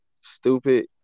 Stupid